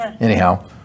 anyhow